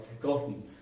forgotten